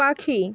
পাখি